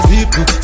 People